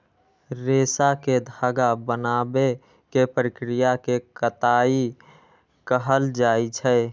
रेशा कें धागा बनाबै के प्रक्रिया कें कताइ कहल जाइ छै